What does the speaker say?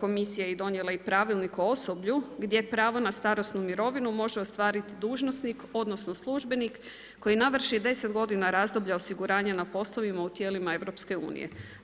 komisija je donijela i Pravilnik o osoblju gdje pravo na starosnu mirovinu može ostvariti dužnosnik odnosno službenik koji navrši 10 godina razdoblja osiguranja na poslovima u tijelima EU-a.